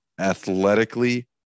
athletically